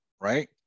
right